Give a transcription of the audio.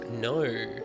No